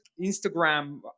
Instagram